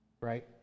Right